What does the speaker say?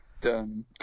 Done